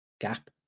gap